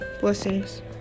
Blessings